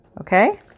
Okay